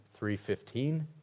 3.15